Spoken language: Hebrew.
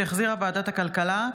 שהחזירה ועדת הכלכלה,